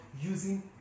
using